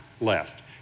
left